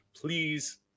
please